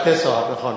בתי-סוהר, נכון.